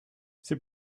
c’est